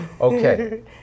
okay